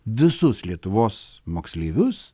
visus lietuvos moksleivius